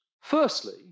Firstly